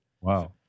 Wow